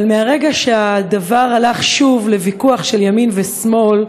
אבל מהרגע שהדבר הלך שוב לוויכוח של ימין ושמאל,